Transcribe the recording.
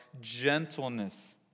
gentleness